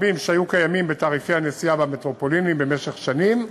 שהיו קיימים בתעריפי הנסיעה במטרופולינים במשך שנים,